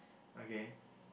okay